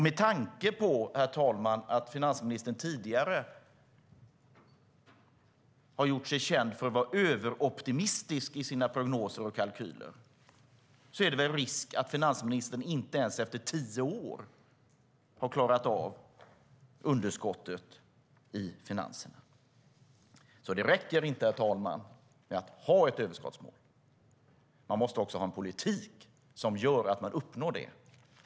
Med tanke på, herr talman, att finansministern tidigare har gjort sig känd för att vara överoptimistisk i sina prognoser och kalkyler är det risk att finansministern inte ens efter tio år har klarat av underskottet i finanserna. Det räcker inte, herr talman, att ha ett överskottsmål. Man måste också ha en politik som gör att man uppnår det.